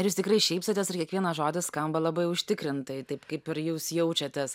ir jūs tikrai šypsotės ir kiekvienas žodis skamba labai užtikrintai taip kaip ir jūs jaučiatės